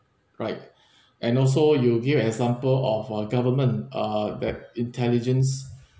right and also you give example of uh government uh that intelligence